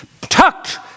Tucked